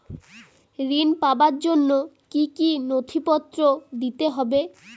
ঋণ পাবার জন্য কি কী নথিপত্র দিতে হবে?